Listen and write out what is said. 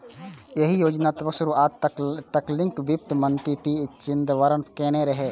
एहि योजनाक शुरुआत तत्कालीन वित्त मंत्री पी चिदंबरम केने रहै